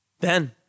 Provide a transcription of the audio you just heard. Ben